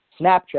Snapchat